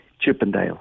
Chippendale